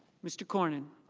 mr. cornyn